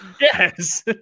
Yes